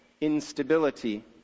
instability